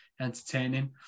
entertaining